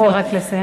להתחיל רק לסיים.